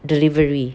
delivery